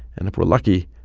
and if we're lucky,